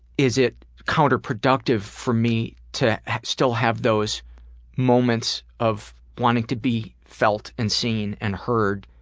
is it counterproductive for me to still have those moments of wanting to be felt and seen and heard,